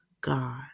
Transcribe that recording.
God